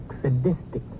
sadistic